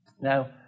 Now